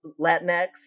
Latinx